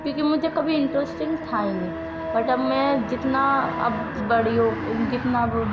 کیونکہ مجھے کبھی انٹرسٹنگ تھا ہی نہیں بٹ اب میں جتنا اب بڑی ہو جتنااب